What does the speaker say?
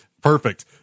Perfect